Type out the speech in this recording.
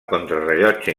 contrarellotge